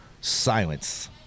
silence